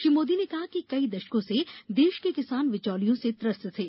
श्री मोदी ने कहा कि कई दशकों से देश के किसान बिचौलियों से त्रस्त थे